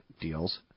deals